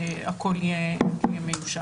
הכול יהיה מיושר,